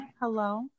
Hello